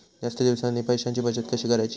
जास्त दिवसांसाठी पैशांची बचत कशी करायची?